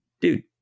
dude